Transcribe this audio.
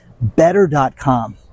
Better.com